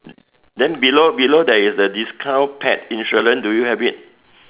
then below below there is a discount pet insurance do you have it